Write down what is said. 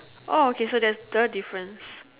oh okay so there's the difference